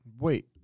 Wait